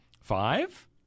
Five